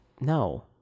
no